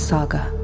Saga